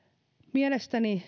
mielestäni